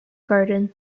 garden